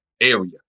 area